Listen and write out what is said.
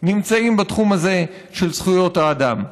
נמצאים בתחום הזה של זכויות האדם?